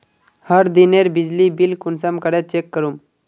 हर दिनेर बिजली बिल कुंसम करे चेक करूम?